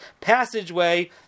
passageway